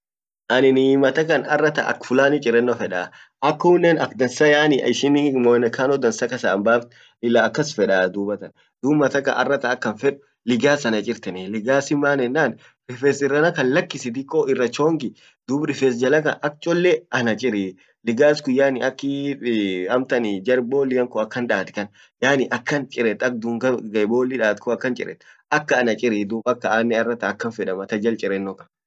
annin matakan ak fulani tumienno fedaa akunnen ak dansa yaani ishin muonekano dansa kasa an baft sila akas fedaa dub matakan arratan akan fed ligas ana chirtenii, ligas maenan rifes irrana kan lakisi rifes irrana kan lakisi diko irra chongi dub riffes jala kan ak cchole ana chirii ligas kun akii jar bollian kun akan dat kan yaani akan chired ak dungan bolli dat kun akan chired akan ana chirii akan annen akan feda mata jal chirenno kan